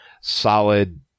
solid